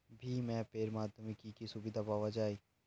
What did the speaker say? ভিম app এর মাধ্যমে কি কি সুবিধা পাওয়া যায়?